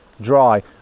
dry